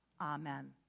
Amen